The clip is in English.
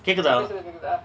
கேக்குதா:kekutha